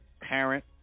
parent